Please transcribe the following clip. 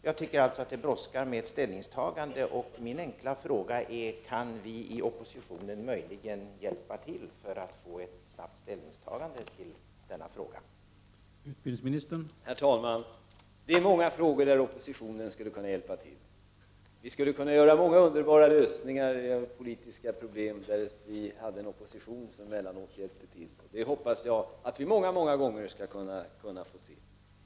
Det brådskar alltså med ett ställningstagande och min enkla fråga är: Kan vi i oppositionen möjligen hjälpa till för att få ett snabbt ställningstagande i denna fråga?